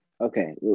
Okay